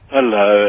Hello